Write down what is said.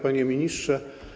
Panie Ministrze!